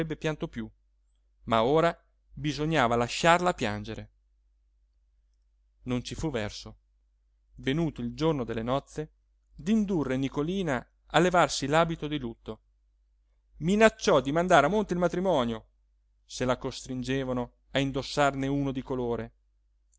pianto più ma ora bisognava lasciarla piangere non ci fu verso venuto il giorno delle nozze d'indurre nicolina a levarsi l'abito di lutto minacciò di mandare a monte il matrimonio se la costringevano a indossarne uno di colore